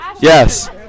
Yes